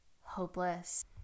hopeless